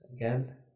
again